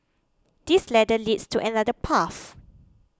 this ladder leads to another path